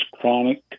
chronic